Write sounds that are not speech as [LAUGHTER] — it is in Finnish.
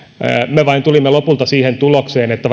me vain tulimme lopulta siihen tulokseen että [UNINTELLIGIBLE]